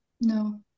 No